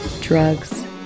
drugs